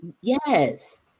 Yes